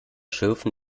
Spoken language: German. schürfen